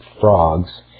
frogs